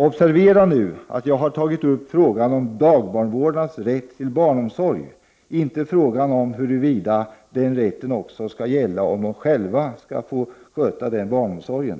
Observera att jag har tagit upp frågan om dagbarnvårdarnas rätt till kommunal barnomsorg, inte frågan om huruvida den rätten också skall gälla om dagbarnvårdarna själva skall få sköta denna barnomsorg.